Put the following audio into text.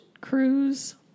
cruise